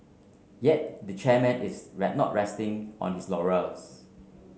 yet the chairman is right not resting on his laurels